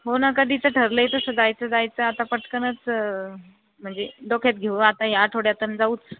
हो ना कधीचं ठरलं आहे तसं जायचं जायचं आता पटकनच म्हणजे डोक्यात घेऊ आता या आठवड्यात आणि जाऊच